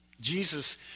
Jesus